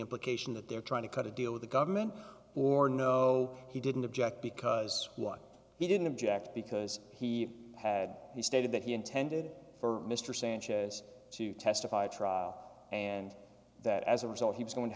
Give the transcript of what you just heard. implication that they're trying to cut a deal with the government or no he didn't object because he didn't object because he had he stated that he intended for mr sanchez to testify a trial and that as a result he was going to